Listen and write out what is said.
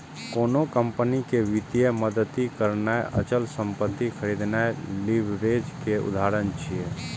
कोनो कंपनी कें वित्तीय मदति करनाय, अचल संपत्ति खरीदनाय लीवरेज के उदाहरण छियै